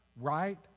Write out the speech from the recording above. right